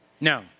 no